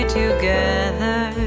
together